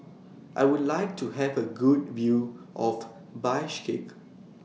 I Would like to Have A Good View of Bishkek